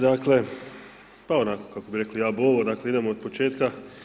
Dakle, pa onako kako bi rekli ab ovo, dakle idemo otpočetka.